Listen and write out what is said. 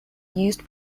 used